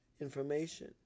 information